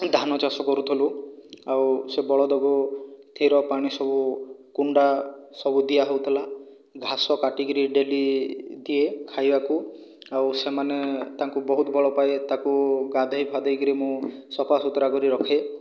ଧାନ ଚାଷ କରୁଥିଲୁ ଆଉ ସେ ବଳଦକୁ ଥିର ପାଣି ସବୁ କୁଣ୍ଡା ସବୁ ଦିଆହେଉଥିଲା ଘାସ କାଟିକିରି ଡେଲି ଦିଏ ଖାଇଆକୁ ଆଉ ସେମାନେ ତାଙ୍କୁ ବହୁତ ବଳ ପାଏ ତାକୁ ଗାଧେଇ ପାଧେଇକିରି ମୁଁ ସଫାସୁତୁରା କରି ରଖେ